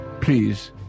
please